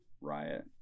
riot